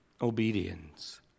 obedience